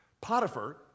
Potiphar